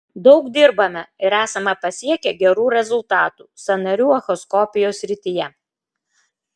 daug dirbame ir esame pasiekę gerų rezultatų sąnarių echoskopijos srityje